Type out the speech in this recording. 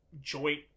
joint